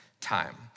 time